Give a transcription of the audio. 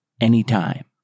anytime